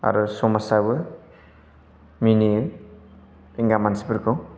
आरो समाजाबो मिनियो बेंगा मानसिफोरखौ